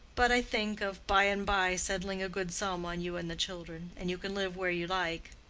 but i think of by-and-by settling a good sum on you and the children, and you can live where you like.